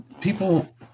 people